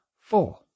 Four